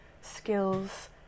skills